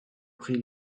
prix